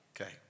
Okay